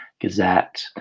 gazette